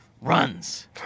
runs